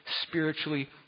spiritually